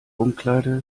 umkleide